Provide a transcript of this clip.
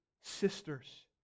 Sisters